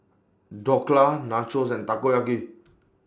Dhokla Nachos and Takoyaki